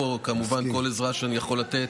כמובן, כל עזרה שאני יכול לתת,